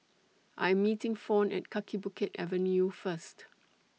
I Am meeting Fawn At Kaki Bukit Avenue First